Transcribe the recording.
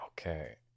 Okay